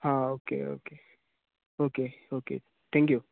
हां okay okay हां okay okay thank you